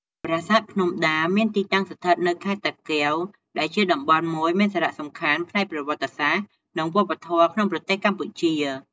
ប្រាសាទភ្នំដា មានទីតាំងស្ថិតនៅ ខេត្តតាកែវ ដែលជាតំបន់មួយមានសារៈសំខាន់ផ្នែកប្រវត្តិសាស្ត្រ និងវប្បធម៌ក្នុងប្រទេសកម្ពុជា។